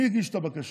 מי הגיש את הבקשה?